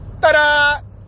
Ta-da